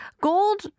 Gold